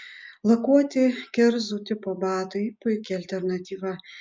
lakuoti kerzų tipo batai puiki alternatyva